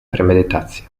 premedytacja